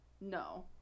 No